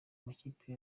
amakipe